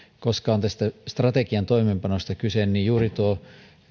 koska on tästä strategian toimeenpanosta kyse niin siellä on mukana juuri tuo